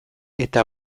eta